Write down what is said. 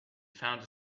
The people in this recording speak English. found